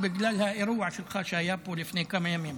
לא, בגלל האירוע שלך, שהיה פה לפני כמה ימים.